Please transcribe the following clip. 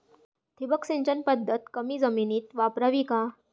ठिबक सिंचन पद्धत कमी जमिनीत वापरावी का?